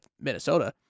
Minnesota